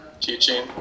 teaching